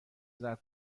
زرد